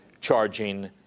charging